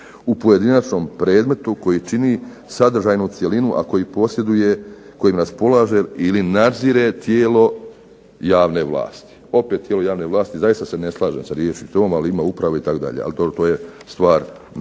u pojedinačnom predmetu koji čini sadržajnu cjelinu a kojim raspolaže ili nadzire tijelo javne vlasti. Opet tijelo javne vlasti, zaista se ne slažem riječi tom, ima uprave itd. ali to je stvar